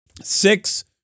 Six